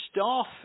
staff